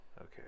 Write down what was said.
Okay